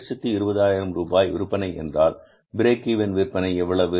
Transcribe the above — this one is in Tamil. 120000 ரூபாய் விற்பனை என்றால் பிரேக் ஈவன் விற்பனை எவ்வளவு